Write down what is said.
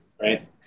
right